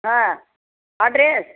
हां ऑड्रेस